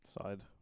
Side